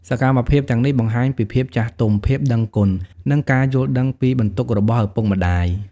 សកម្មភាពទាំងនេះបង្ហាញពីភាពចាស់ទុំ ភាពដឹងគុណ និងការយល់ដឹងពីបន្ទុករបស់ឪពុកម្ដាយ។